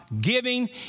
Giving